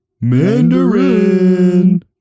Mandarin